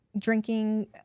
drinking